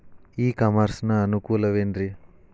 E commerce ನ ಅನುಕೂಲವೇನ್ರೇ?